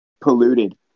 polluted